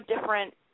different